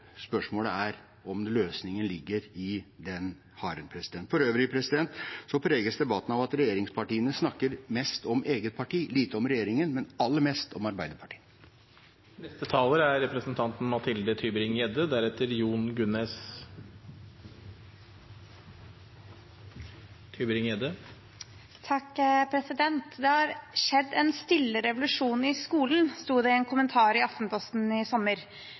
Spørsmålet er om løsningen ligger i den haren. For øvrig preges debatten av at regjeringspartiene snakker mest om eget parti, lite om regjeringen, men aller mest om Arbeiderpartiet. Det har skjedd en stille revolusjon i skolen, sto det i en kommentar i Aftenposten i sommer.